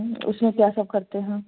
उसमें क्या सब करते हैं